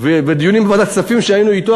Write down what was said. ובדיונים בוועדת הכספים שהיינו אתו,